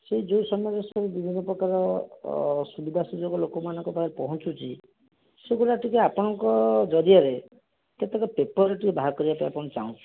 ସେହି ଯେଉଁ ସମୟରେ ସବୁ ବିଭିନ୍ନ ପ୍ରକାର ଅସୁବିଧା ସୁଯୋଗ ଲୋକମାନଙ୍କ ପାଖରେ ପହଞ୍ଚୁଛି ସେଗୁଡ଼ା ଟିକିଏ ଆପଣଙ୍କ ଜରିଆରେ କେତେକ ପେପର ଟିକିଏ ବାହାର କରିବାପାଇଁ ଚାହୁଁଛୁ